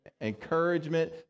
Encouragement